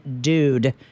dude